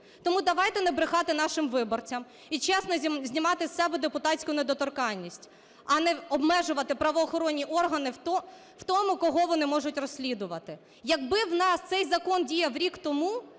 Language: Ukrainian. Тому давайте не брехати нашим виборцям і чесно знімати з себе депутатську недоторканність, а не обмежувати правоохоронні органи в тому, кого вони можуть розслідувати. Якби у нас цей закон діяв рік тому,